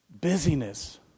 Busyness